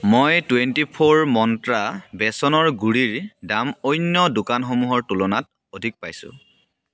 মই twenty four Mantra বেচনৰ গুড়িৰ দাম অন্য দোকানসমূহৰ তুলনাত অধিক পাইছোঁ